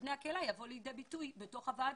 בני הקהילה יבוא לידי ביטוי בתוך הוועדות,